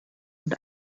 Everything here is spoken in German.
und